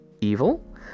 evil